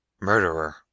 MURDERER